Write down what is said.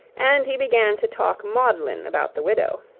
and he began to talk maudlin about the widow.